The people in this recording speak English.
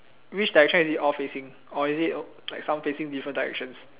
which direction is it all facing or is it like some facing different directions